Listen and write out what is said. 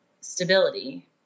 stability